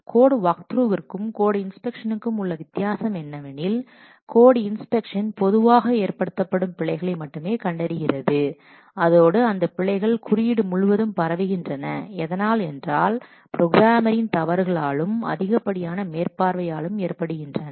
code வாக்த்ரூவிற்கும் code இன்ஸ்பெக்ஷன்க்கும் உள்ள வித்தியாசம் என்னவெனில் கோட் இன்ஸ்பெக்ஷன் பொதுவாக ஏற்படுத்தப்படும் பிழைகளை மட்டுமே கண்டறிகிறது அதோடு அந்தப் பிழைகள் குறியீடு முழுவதும் பரவுகின்றன எதனால் என்றால் ப்ரோக்ராமரின் தவறுகளாலும் அதிகப்படியான மேற்பார்வையாலும் ஏற்படுகின்றன